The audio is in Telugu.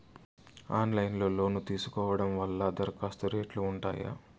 ఆన్లైన్ లో లోను తీసుకోవడం వల్ల దరఖాస్తు రేట్లు ఉంటాయా?